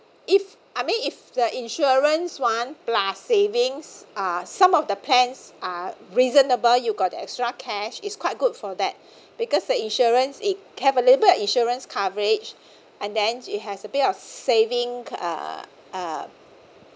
if I mean if the insurance one plus savings are some of the plans are reasonable you got extra cash is quite good for that because the insurance it have a little bit of insurance coverage and then it has a bit of saving uh uh